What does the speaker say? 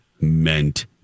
meant